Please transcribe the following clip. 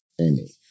Amy